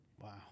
Wow